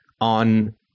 on